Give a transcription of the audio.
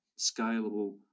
scalable